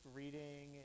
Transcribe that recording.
reading